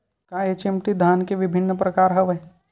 का एच.एम.टी धान के विभिन्र प्रकार हवय?